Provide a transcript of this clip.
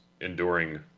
enduring